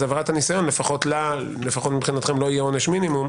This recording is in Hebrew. עבירת הניסיון לפחות מבחינתכם לא תהיה עונש מינימום.